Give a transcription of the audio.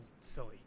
silly